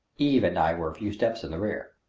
eve and i were a few steps in the rear.